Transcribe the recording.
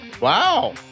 Wow